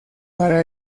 para